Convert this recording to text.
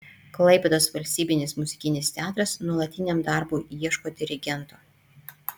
klaipėdos valstybinis muzikinis teatras nuolatiniam darbui ieško dirigento